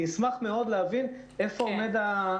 אני אשמח להבין איפה זה עומד כרגע.